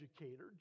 educator